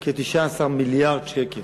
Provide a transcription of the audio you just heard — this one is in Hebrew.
אבל כשאני רואה כ-19 מיליארד שקל,